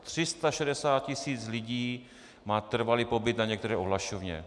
360 tisíc lidí má trvalý pobyt na některé ohlašovně.